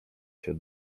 się